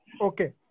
Okay